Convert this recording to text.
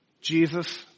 Jesus